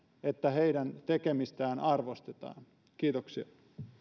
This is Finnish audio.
että heidän tekemistään arvostetaan kiitoksia